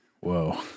Whoa